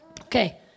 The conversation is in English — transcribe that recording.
Okay